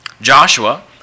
Joshua